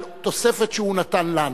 על תוספת שהוא נתן לנו.